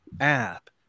app